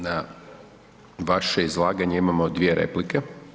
Na vaše izlaganje imamo dvije replike.